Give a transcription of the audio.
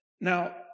Now